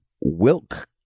Wilk